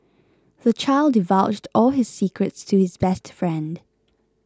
the child divulged all his secrets to his best friend